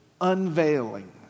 unveiling